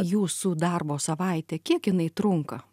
jūsų darbo savaitė kiek jinai trunka